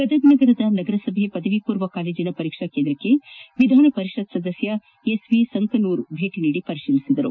ಗದಗ ನಗರದ ನಗರಸಭೆ ಪದವಿ ಪೂರ್ವ ಕಾಲೇಜಿನ ಪರೀಕ್ಷಾ ಕೇಂದ್ರಕ್ಷೆ ವಿಧಾನ ಪರಿಷತ್ ಸದಸ್ಯ ಎಸ್ ವಿ ಸಂಕನೂರ ಭೇಟಿ ನೀಡಿ ಪರಿತೀಲಿಸಿದರು